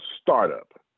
startup